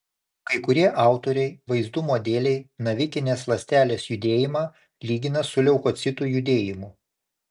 kai kurie autoriai vaizdumo dėlei navikinės ląstelės judėjimą lygina su leukocitų judėjimu